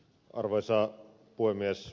arvoisa puhemies